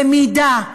במידה,